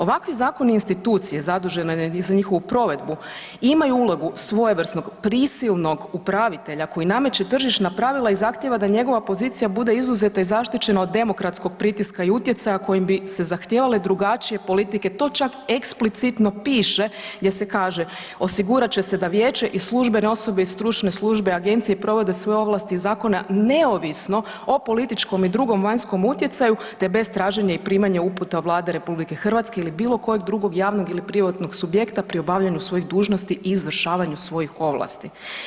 Ovakvi zakoni i institucije zadužene za njihovu provedbu imaju ulogu svojevrsnog prisilnog upravitelja koji nameće tržišna pravila i zahtjeva da njegova pozicija bude izuzeta i zaštićena od demokratskog pritiska i utjecaja kojim bi se zahtijevale drugačije politike, to čak eksplicitno piše gdje se kaže „osigurat će se da vijeće i službene osobe i stručne službe agencije provode svoje ovlasti i zakone neovisno o političkom i drugom vanjskom utjecaju, te bez traženja i primanja uputa Vlade RH ili bilo kojeg drugog javnog ili privatnog subjekta pri obavljanju svojih dužnosti i izvršavanju svojih ovlasti“